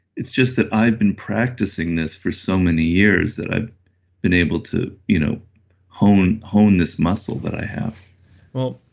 it's just that i've been practicing this for so many years that i've been able to you know and hon this muscle that i have well,